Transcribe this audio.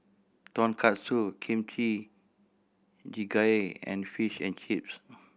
Tonkatsu Kimchi Jjigae and Fish and Chips